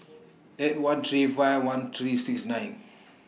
eight one three five one three six nine